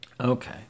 Okay